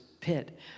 pit